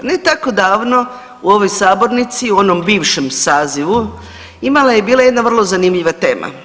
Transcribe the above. Ne tako davno u ovoj sabornici u onom bivšem sazivu imala je, bila je jedna vrlo zanimljiva tema.